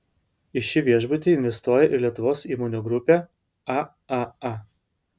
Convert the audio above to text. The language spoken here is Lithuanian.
į šį viešbutį investuoja ir lietuvos įmonių grupė aaa